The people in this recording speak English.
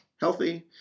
healthy